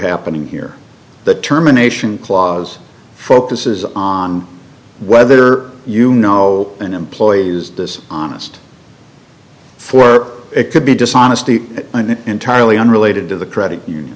happening here that terminations clause focuses on whether you know an employee is this honest for it could be dishonesty and it entirely unrelated to the credit union